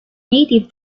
native